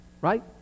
right